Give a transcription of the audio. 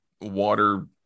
water